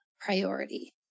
priority